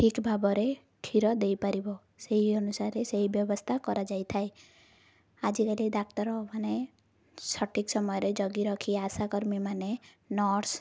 ଠିକ୍ ଭାବରେ କ୍ଷୀର ଦେଇପାରିବ ସେହି ଅନୁସାରେ ସେହି ବ୍ୟବସ୍ଥା କରାଯାଇଥାଏ ଆଜିକାଲି ଡାକ୍ତରମାନେ ସଠିକ୍ ସମୟରେ ଜଗି ରଖି ଆଶାକର୍ମୀମାନେ ନର୍ସ